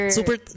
Super